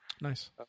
Nice